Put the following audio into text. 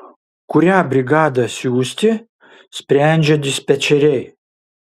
kurią brigadą siųsti sprendžia dispečeriai